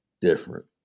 different